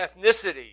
ethnicity